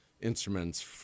instruments